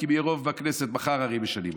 אם יהיה רוב בכנסת מחר, הרי משנים אותה.